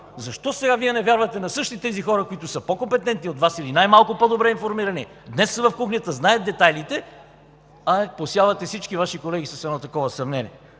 Защо сега Вие не вярвате на същите тези хора, които са по-компетентни от Вас, или най-малкото по-добре информирани, днес са в кухнята, знаят детайлите, а посявате всички Ваши колеги с едно такова съмнение?